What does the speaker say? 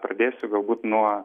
pradėsiu galbūt nuo